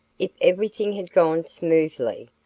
if everything had gone smoothly,